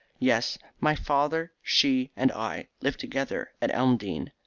yes my father, she, and i live together at elmdene.